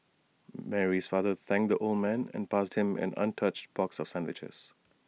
Mary's father thanked the old man and passed him an untouched box of sandwiches